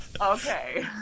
okay